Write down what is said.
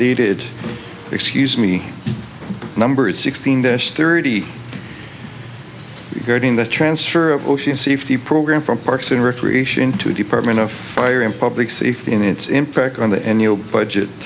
dated excuse me a number of sixteen dish thirty guarding the transfer of ocean safety program from parks and recreation to department of fire in public safety and its impact on the annual budget